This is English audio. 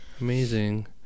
amazing